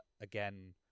again